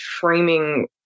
framing